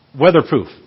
weatherproof